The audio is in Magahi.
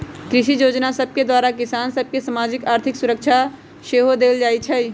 कृषि जोजना सभके द्वारा किसान सभ के सामाजिक, आर्थिक सुरक्षा सेहो देल जाइ छइ